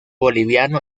boliviano